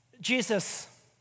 Jesus